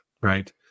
right